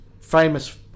famous